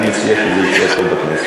אני מציע שזה יישאר פה בכנסת.